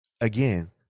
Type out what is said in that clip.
Again